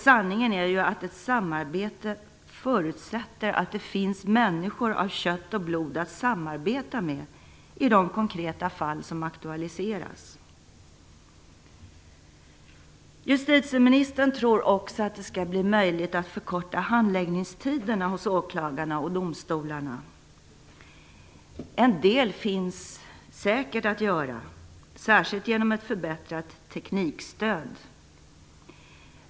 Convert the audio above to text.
Sanningen är ju att ett samarbete förutsätter att det finns människor av kött och blod att samarbeta med i de konkreta fall som aktualiseras. Justitieministern tror också att det skall bli möjligt att förkorta handläggningstiderna hos åklagarna och domstolarna. En del finns säkert att göra, särskilt genom ett förbättrat teknikstöd.